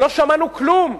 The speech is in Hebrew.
לא שמענו כלום.